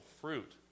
fruit